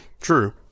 True